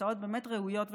הצעות באמת ראויות וחשובות,